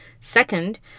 Second